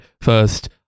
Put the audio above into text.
First